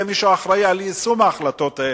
יהיה מישהו שאחראי ליישום ההחלטות האלה,